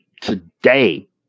today